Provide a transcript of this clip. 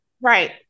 right